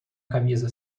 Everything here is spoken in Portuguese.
camisa